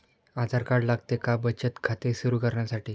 आधार card लागते का बचत खाते सुरू करण्यासाठी?